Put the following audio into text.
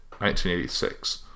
1986